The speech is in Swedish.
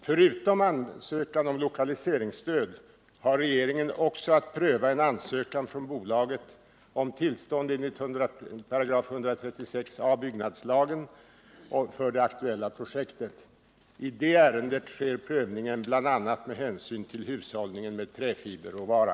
Förutom ansökan om lokaliseringsstöd har regeringen även att pröva en ansökan från bolaget om tillstånd enligt 136 a § byggnadslagen för det aktuella projektet. I det ärendet sker prövningen bl.a. med hänsyn till hushållningen med träfiberråvara.